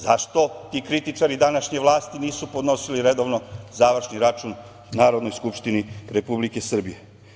Zašto ti kritičari današnje vlasti nisu podnosili redovno završni račun Narodnoj skupštini Republike Srbije?